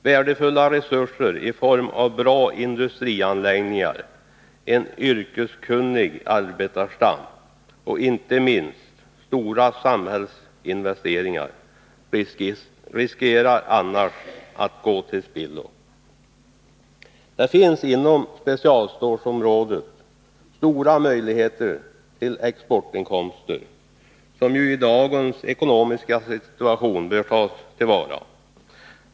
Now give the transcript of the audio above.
Värdefulla resurser i form av bra industrianläggningar, en yrkeskunnig arbetarstam och, inte minst, stora samhällsinvesteringar riskerar annars att gå till spillo. Det finns inom specialstålsområdet stora möjligheter till exportinkomster, som ju i dagens ekonomiska situation bör tas till vara.